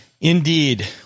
Indeed